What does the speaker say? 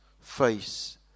face